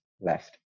left